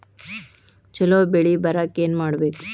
ಛಲೋ ಬೆಳಿ ಬರಾಕ ಏನ್ ಮಾಡ್ಬೇಕ್?